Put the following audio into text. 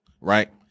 right